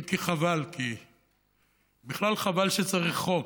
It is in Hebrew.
אם כי חבל, כי בכלל חבל שצריך חוק.